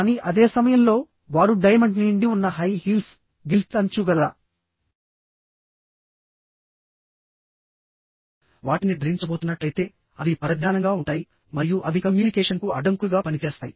కానీ అదే సమయంలో వారు డైమండ్ నిండి ఉన్న హై హీల్స్గిల్ట్ అంచు గల వాటిని ధరించబోతున్నట్లయితేఅవి పరధ్యానంగా ఉంటాయి మరియు అవి కమ్యూనికేషన్కు అడ్డంకులుగా పనిచేస్తాయి